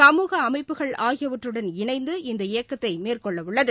சமூக அமைப்புகள் ஆகியவற்றுடன் இணைந்து இந்த இயக்கத்தை மேற்கொள்ளவுள்ளது